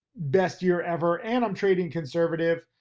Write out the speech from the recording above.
best year ever, and i'm trading conservative.